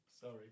Sorry